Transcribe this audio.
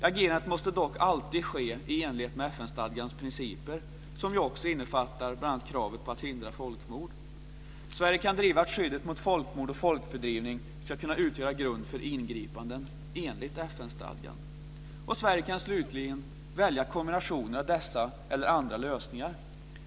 Agerandet måste dock alltid ske i enlighet med FN-stadgans principer, som också innefattar bl.a. krav på att hindra folkmord. Sverige kan driva att skyddet mot folkmord och folkfördrivning ska kunna utgöra grund för ingripanden enligt FN-stadgan. Sverige kan slutligen välja kombinationer av dessa eller andra lösningar.